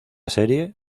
serie